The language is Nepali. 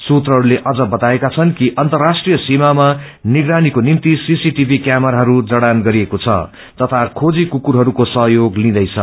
सूत्रहस्ले अझ बताए कि अन्तर्राष्ट्रिय सीमामा निगरानीको निग्ति सीसीटीभी क्यामेराहरू जड़ान गरिएको छ तथा खोजी कुकुरहरूको सहयोग लिंइदैछ